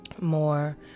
more